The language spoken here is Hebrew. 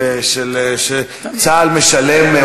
וצה"ל משלם,